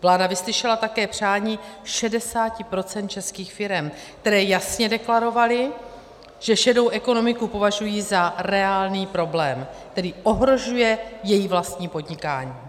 Vláda vyslyšela také přání 60 % českých firem, které jasně deklarovaly, že šedou ekonomiku považují za reálný problém, který ohrožuje jejich vlastní podnikání.